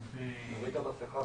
לשאלתך,